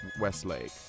Westlake